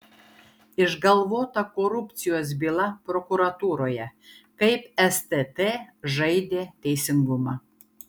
išgalvota korupcijos byla prokuratūroje kaip stt žaidė teisingumą